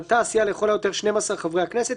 מנתה הסיעה לכל היותר 12 חברי הכנסת,